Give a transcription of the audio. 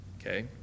Okay